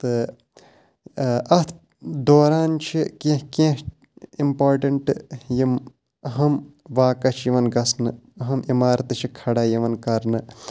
تہٕ اَتھ دوران چھِ کینٛہہ کینٛہہ اِمپاٹَنٛٹ یِم اَہم واقع چھِ یِوَان گژھنہٕ اَہم عمارتہٕ چھِ کھڑا یِوَان کَرنہٕ